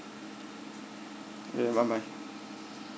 okay bye bye